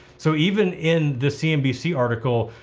so even in the cnbc article,